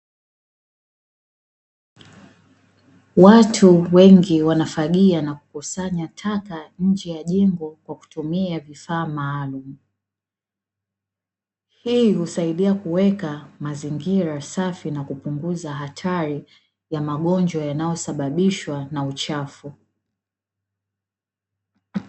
Watu wengi wanafagia na kukusanya taka, nje ya jengo kwa kutumia vifaa maalumu. Hii husaidia kuweka mazingira safi na kupunguza hatari ya magonjwa yanayosababishwa na uchafu.